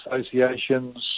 associations